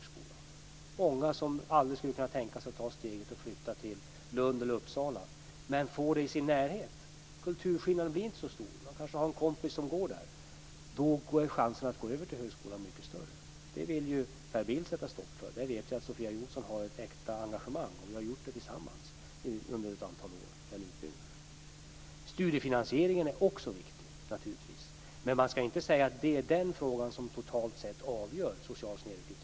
Det finns många som aldrig skulle kunna tänka sig att ta steget och flytta till Lund eller Uppsala, men om det finns i närheten blir inte kulturskillnaden så stor. Man kanske har en kompis som går där. Då är chansen att man går över till högskolan mycket större. Det vill Per Bill sätta stopp för. Där vet jag att Sofia Jonsson har ett äkta engagemang, och vi har gjort den utbyggnaden tillsammans under ett antal år. Studiefinansieringen är naturligtvis också viktig. Men man skall inte säga att det är den frågan som totalt sett avgör den sociala snedrekryteringen.